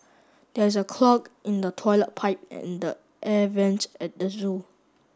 there is a clog in the toilet pipe and the air vents at the zoo